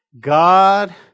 God